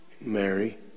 Mary